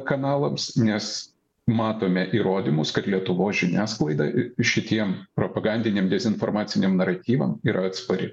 kanalams nes matome įrodymus kad lietuvos žiniasklaida šitiem propagandiniam dezinformaciniam naratyvam yra atspari